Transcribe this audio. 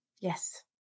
Yes